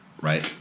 Right